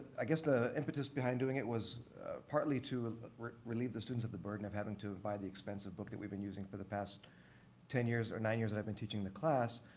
i guess the impetus behind doing it was partly to relieve the students of the burden of having to buy the expensive book that we've been using for the past ten years, or nine years that i've been teaching the class.